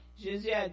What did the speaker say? Jesus